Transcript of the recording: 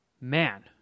Man